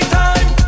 time